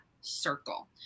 circle